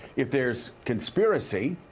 if there's conspiracy,